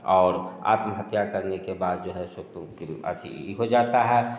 और आत्महत्या करने के बाद जो है उसे हो जाता है